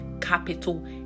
Capital